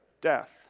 Death